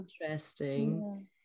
interesting